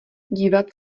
dívat